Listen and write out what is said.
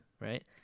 right